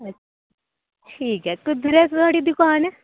ठीक ऐ कुद्धर ऐ थोआड़ी दुकान